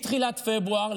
מתחילת פברואר,